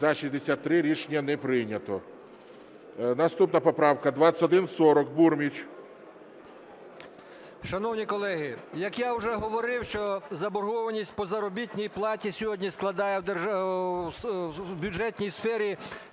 За-63 Рішення не прийнято. Наступна поправка 2140. Бурміч. 11:14:36 БУРМІЧ А.П. Шановні колеги, як я вже говорив, що заборгованість по заробітній платі сьогодні складає у бюджетній сфері